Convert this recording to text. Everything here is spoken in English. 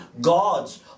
God's